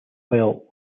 while